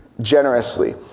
generously